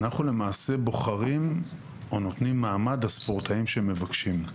אנחנו בוחרים או נותנים מעמד לספורטאים שמבקשים.